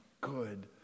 good